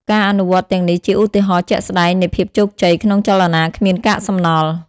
ការអនុវត្តទាំងនេះជាឧទាហរណ៍ជាក់ស្តែងនៃភាពជោគជ័យក្នុងចលនាគ្មានកាកសំណល់។